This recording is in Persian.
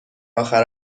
آخر